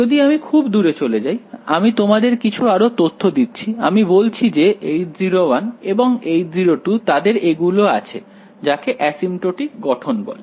যদি আমি খুব দূরে চলে যাই আমি তোমাদের কিছু আরও তথ্য দিচ্ছি আমি বলছি যে H0 এবং H0 তাদের এগুলো আছে যাকে এসিম্পটোটিক গঠন বলে